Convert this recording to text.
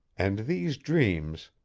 and these dreams,